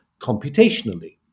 computationally